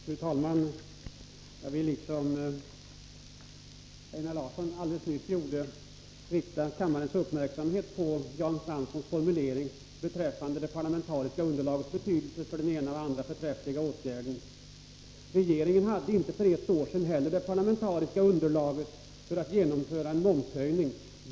Fru talman! Jag vill, som Einar Larsson alldeles nyss gjorde, rikta kammarens uppmärksamhet på Jan Franssons formulering beträffande det parlamentariska underlagets betydelse för den ena eller den andra förträffliga åtgärden. Regeringen hade inte heller för ett år sedan underlag för att genomföra en momshöjning.